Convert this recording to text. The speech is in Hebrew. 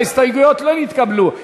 ההסתייגויות לא נתקבלו.